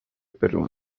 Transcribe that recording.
peruano